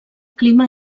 clima